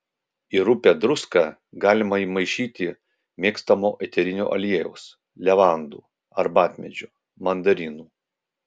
į rupią druską galima įmaišyti mėgstamo eterinio aliejaus levandų arbatmedžio mandarinų